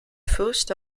fürchte